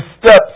steps